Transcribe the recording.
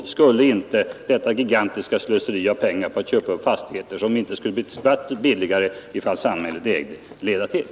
Dessa möjligheter skulle minska genom detta gigantiska slöseri med pengar för att köpa upp fastigheter, som inte skulle bli ett skvatt billigare om de ägdes av samhället!